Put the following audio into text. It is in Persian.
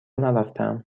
نرفتهام